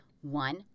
One